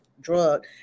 drug